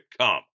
come